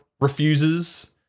refuses